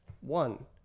One